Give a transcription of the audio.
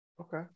Okay